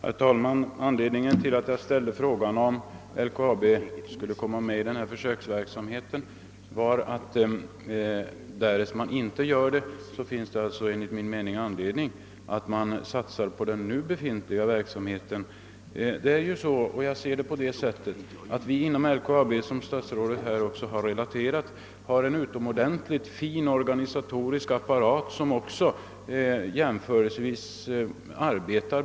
Herr talman! Anledningen till att jag ställde frågan, om LKAB skulle komma med i denna försöksverksamhet var att, därest så inte blir fallet, det enligt min uppfattning finns anledning att satsa hårdare på den nuvarande verksamheten. Inom LKAB har vi, som statsrådet här också har relaterat, en utomordentligt fin organisatorisk apparat som även arbetar jämförelsevis bra.